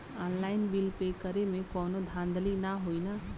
Online bill pay करे में कौनो धांधली ना होई ना?